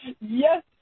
yes